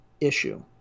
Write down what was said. issue